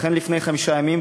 לכן לפני חמישה ימים,